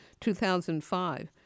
2005